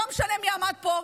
לא משנה מי שעמד פה,